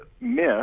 miss